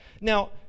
Now